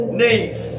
Knees